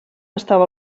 estava